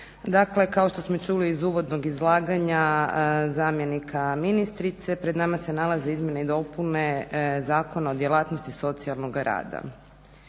Dakle, kao što smo i čuli iz uvodnog izlaganja zamjenika ministrice pred nama se nalaze izmjene i dopune Zakona o djelatnosti socijalnoga rada.